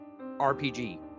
RPG